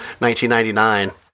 1999